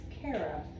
Kara